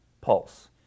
pulse